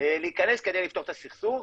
להיכנס כדי לפתור את הסכסוך.